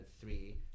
three